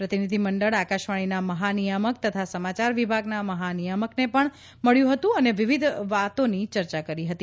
પ્રતિનિધિમંડળ આકાશવાણીના મહાનિયામક તથા સમાચાર વિભાગના મહાનિયામકને પણ મળ્યું હતું અને વિવિધ બાબતોની ચર્ચા કરી હતી